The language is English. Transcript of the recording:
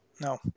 No